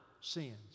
sins